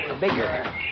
bigger